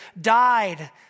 died